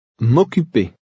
M'occuper